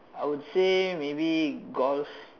I would say maybe golf